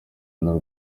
n’u